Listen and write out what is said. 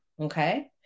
Okay